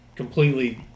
completely